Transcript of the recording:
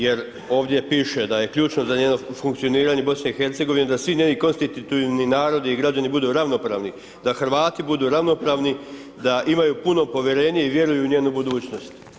Jer ovdje piše da je ključno za njeno funkcioniranje BiH da svi njeni konstitutivni narodi i građani budu ravnopravni, da Hrvati budu ravnopravni, da imaju puno povjerenje i vjeruju u njenu budućnost.